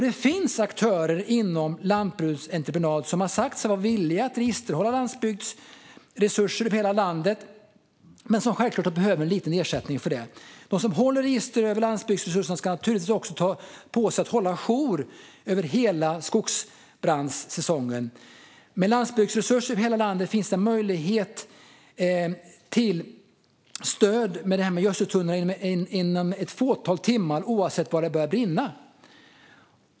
Det finns aktörer inom lantbruksentreprenad som har sagt sig vara villiga att registerhålla landsbygdsresurser över hela landet men som självklart behöver en liten ersättning för det. De som håller register över landsbygdsresurserna ska naturligtvis också ta på sig att hålla jour över hela skogsbrandssäsongen. Med landsbygdsresurser över hela landet finns det möjlighet till stöd med det här med gödseltunnor inom ett fåtal timmar oavsett var det börjar brinna.